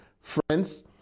Friends